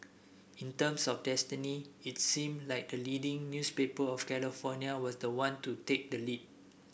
in terms of destiny its seemed like the leading newspaper of California was the one to take the lead